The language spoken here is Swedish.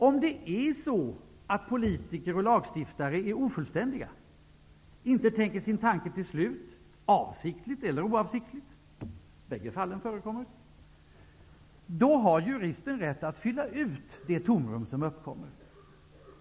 Om det är så att politiker och lagstiftare är ofullständiga, inte tänker sin tanke till slut, avsiktligt eller oavsiktligt -- bägge fallen förekommer --, då har juristen rätt att fylla ut det tomrum som uppkommer.